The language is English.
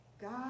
God